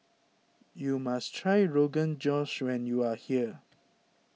you must try Rogan Josh when you are here